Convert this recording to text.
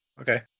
Okay